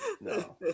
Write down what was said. No